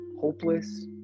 hopeless